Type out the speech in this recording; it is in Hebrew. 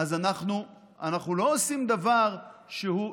אנחנו לא עושים דבר שהוא,